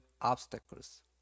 obstacles